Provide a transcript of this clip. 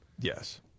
Yes